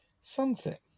Sunset